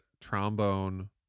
trombone